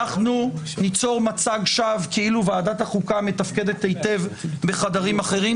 אנחנו ניצור מצג שווא כאילו ועדת החוקה מתפקדת היטב בחדרים אחרים.